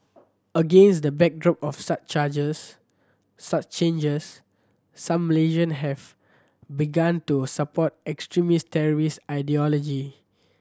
against the backdrop of such charges such changes some Malaysian have begun to support extremist terrorist ideology